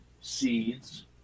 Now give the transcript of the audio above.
seeds